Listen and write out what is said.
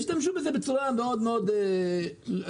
השתמשו בזה בצורה מאוד לא רצינית.